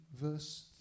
verse